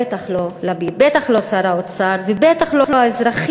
בטח לא לפיד, בטח לא שר האוצר, ובטח לא האזרחים.